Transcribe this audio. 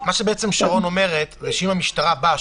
מה ששרון אומרת שאם המשטרה באה,